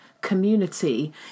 community